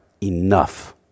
enough